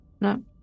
No